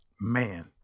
Man